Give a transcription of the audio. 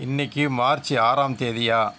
இன்றைக்கு மார்ச் ஆறாம் தேதியா